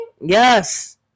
Yes